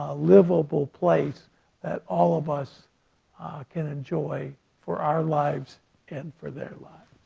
ah livable place that all of us can enjoy for our lives and for their lives.